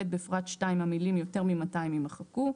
(ב) בפרט (2), המילים "יותר מ-200" יימחקו.